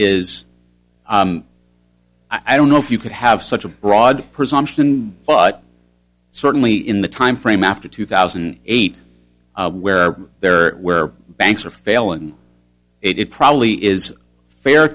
is i don't know if you could have such a broad presumption but certainly in the time frame after two thousand and eight where there where banks are failing it it probably is fair